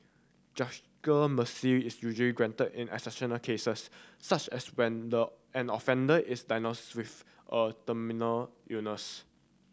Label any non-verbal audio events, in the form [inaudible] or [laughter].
[unintelligible] mercy is usually granted in exceptional cases such as when the an offender is diagnosed with a terminal illness